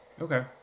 okay